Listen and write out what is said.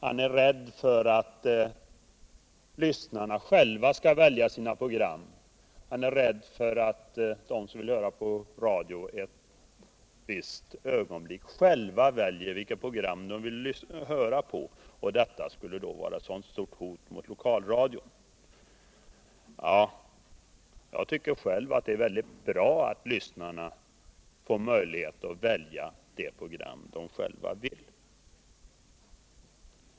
Han är rädd för att lyssnarna själva skall välja program, rädd för att de som vill höra på radio i ett visst ögonblick själva väljer vilket program de vill höra — och det skulle vara ett stort hot mot lokalradion. Själv tycker jag att det är bra att lyssnarna får möjlighet att välja det program de själva vill.